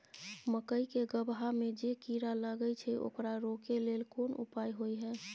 मकई के गबहा में जे कीरा लागय छै ओकरा रोके लेल कोन उपाय होय है?